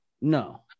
No